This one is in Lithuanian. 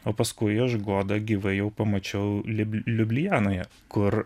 o paskui aš godaą gyvai pamačiau liub liublianoje kur